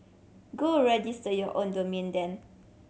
go register your own domain then